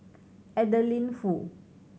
Adeline Foo